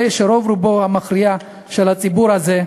הרי רוב רובו, המכריע, של הציבור הזה,